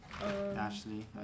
Ashley